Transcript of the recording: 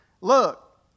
Look